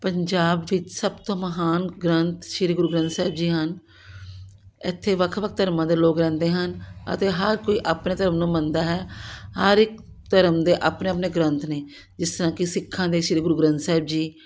ਪੰਜਾਬ ਵਿੱਚ ਸਭ ਤੋਂ ਮਹਾਨ ਗ੍ਰੰਥ ਸ਼੍ਰੀ ਗੁਰੂ ਗ੍ਰੰਥ ਸਾਹਿਬ ਜੀ ਹਨ ਇੱਥੇ ਵੱਖ ਵੱਖ ਧਰਮਾਂ ਦੇ ਲੋਕ ਰਹਿੰਦੇ ਹਨ ਅਤੇ ਹਰ ਕੋਈ ਆਪਣੇ ਧਰਮ ਨੂੰ ਮੰਨਦਾ ਹੈ ਹਰ ਇੱਕ ਧਰਮ ਦੇ ਆਪਣੇ ਆਪਣੇ ਗ੍ਰੰਥ ਨੇ ਜਿਸ ਤਰ੍ਹਾਂ ਕਿ ਸਿੱਖਾਂ ਦੇ ਸ਼੍ਰੀ ਗੁਰੂ ਗ੍ਰੰਥ ਸਾਹਿਬ ਜੀ